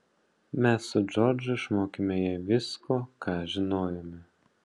mes su džordžu išmokėme ją visko ką žinojome